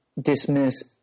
dismiss